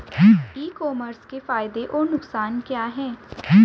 ई commerce के फायदे और नुकसान क्या हैं?